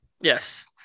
Yes